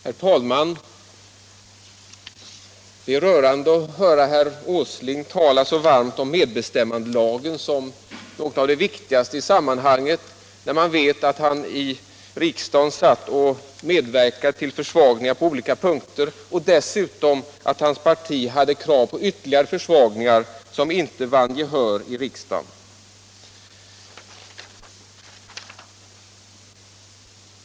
Herr talman! Det är rörande att höra herr Åsling tala så varmt om medbestämmandelagen, när man vet att han i riksdagen medverkade till försvagningar på olika punkter och dessutom att hans parti hade krav på ytterligare försvagningar som inte vann gehör i riksdagen.